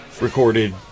recorded